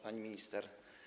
Pani Minister!